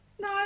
No